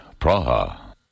Praha